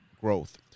growth